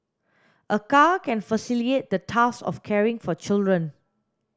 a car can facilitate the task of caring for children